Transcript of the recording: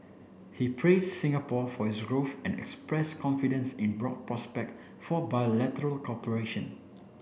he praised Singapore for its growth and express confidence in broad prospect for bilateral cooperation